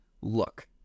look